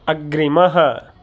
अग्रिमः